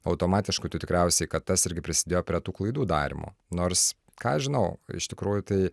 automatiškų tų tikriausiai kad tas irgi prisidėjo prie tų klaidų darymo nors ką aš žinau iš tikrųjų tai